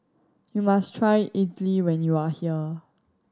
you must try Idili when you are here